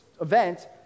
event